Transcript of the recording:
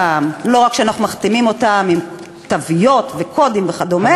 לא רק שאנחנו מחתימים אותם עם תוויות וקודים וכדומה,